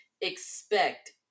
expect